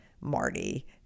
Marty